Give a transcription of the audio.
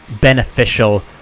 beneficial